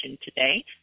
today